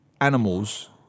animals